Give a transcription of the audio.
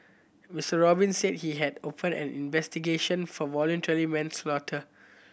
Mister Robin said he had opened an investigation for voluntary manslaughter